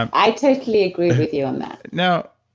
um i totally agree with you on that now,